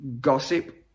Gossip